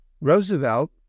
Roosevelt